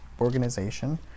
organization